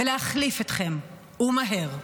ולהחליף אתכם ומהר.